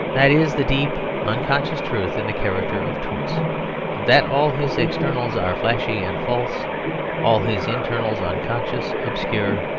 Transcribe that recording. that is the deep unconscious truth in the character of toots that all his externals are flashy and false all his internals unconscious, obscure,